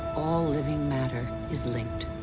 all living matter is linked.